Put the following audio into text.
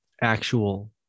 actual